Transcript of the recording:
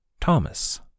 Thomas